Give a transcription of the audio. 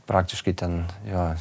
praktiškai ten jo